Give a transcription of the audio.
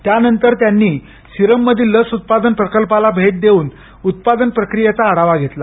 त्यानंतर त्यांनी सिरम मधील लस उत्पादन प्रकल्पाला भेट देऊन उत्पादन प्रक्रियेचा आढावा घेतला